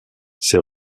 ces